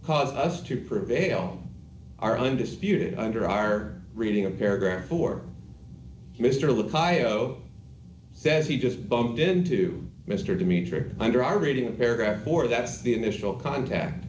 cause us to prevail are undisputed under our reading a paragraph or mr with bio says he just bumped into mr dimitri under our reading a paragraph or that's the initial contact